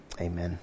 Amen